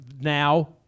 Now